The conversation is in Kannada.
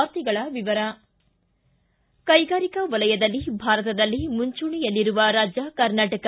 ವಾರ್ತೆಗಳ ವಿವರ ಕೈಗಾರಿಕಾ ವಲಯದಲ್ಲಿ ಭಾರತದಲ್ಲಿ ಮುಂಚೂಣಿಯಲ್ಲಿರುವ ರಾಜ್ಯ ಕರ್ನಾಟಕ